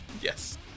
Yes